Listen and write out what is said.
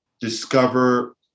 discover